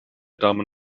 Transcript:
damen